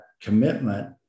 commitment